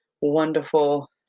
wonderful